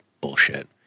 bullshit